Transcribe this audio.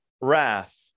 wrath